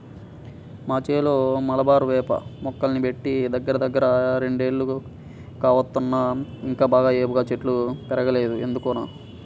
మా చేలో మలబారు వేప మొక్కల్ని బెట్టి దగ్గరదగ్గర రెండేళ్లు కావత్తన్నా ఇంకా బాగా ఏపుగా చెట్లు బెరగలేదు ఎందుకనో